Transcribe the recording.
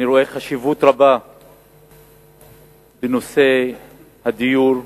אני רואה חשיבות רבה בנושא הדיור,